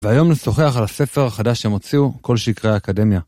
והיום נשוחח על הספר החדש שהם הוציאו, כל שקרי האקדמיה.